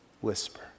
whisper